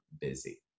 busy